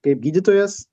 kaip gydytojas